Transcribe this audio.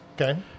Okay